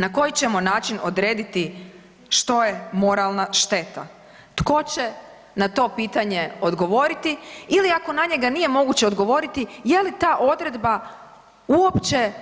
Na koji ćemo način odrediti što je moralna šteta, tko će na to pitanje odgovorili ili ako na njega nije moguće odgovoriti je li ta odredba uopće